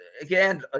Again